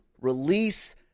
release